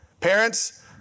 Parents